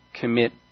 commit